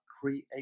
create